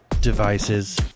devices